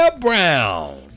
Brown